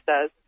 says